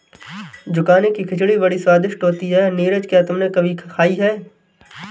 Zucchini की खिचड़ी बड़ी स्वादिष्ट होती है नीरज क्या तुमने कभी खाई है?